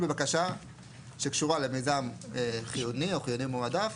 בבקשה שקשורה למיזם חיוני או חיוני מועדף